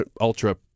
ultra